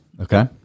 Okay